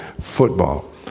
football